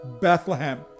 Bethlehem